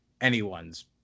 anyone's